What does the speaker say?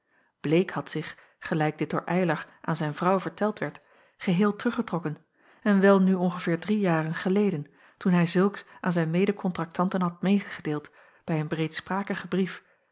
bleek had zich gelijk dit door eylar aan zijn vrouw verteld werd geheel teruggetrokken en wel nu ongeveer drie jaren geleden toen hij zulks aan zijn medekontraktanten had medegedeeld bij een